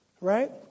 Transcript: Right